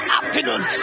afternoon